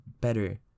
better